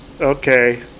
okay